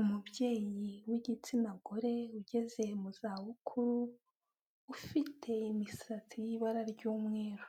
Umubyeyi w'igitsina gore, ugeze mu zabukuru, ufite imisatsi y'ibara ry'umweru,